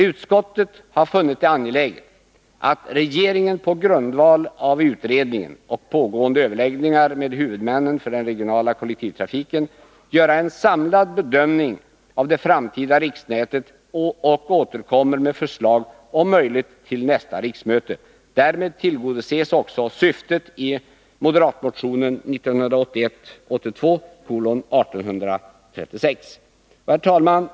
Utskottet har funnit det angeläget att regeringen på grundval av utredningen och pågående överläggningar med huvudmännen för den regionala kollektivtrafiken gör en samlad bedömning av det framtida riksnätet och återkommer med förslag om möjligt till nästa riksmötet. Därmed tillgodoses också syftet i moderatmotionen 1981/82:1836. Herr talman!